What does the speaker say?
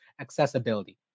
accessibility